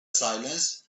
silence